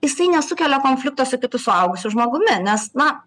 jisai nesukelia konflikto su kitu suaugusiu žmogumi nes na